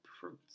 fruits